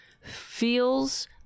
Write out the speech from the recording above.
feels